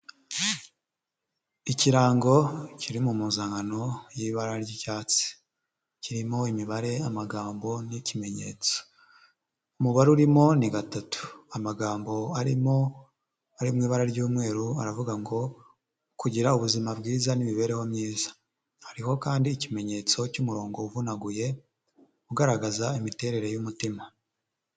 Ikirango kiri mu mpuzankano y'ibara ry'icyatsi. Kirimo imibare, amagambo n'ikimenyetso. Umubare urimo ni gatatu. Amagambo arimo ari mu ibara ry'umweru aravuga ngo : "Kugira ubuzima bwiza n'imibereho myiza." Hariho kandi ikimenyetso cy'umurongo uvunaguye, ugaragaza imiterere y'umutima.